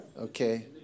okay